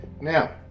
now